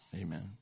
Amen